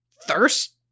Thirst